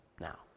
now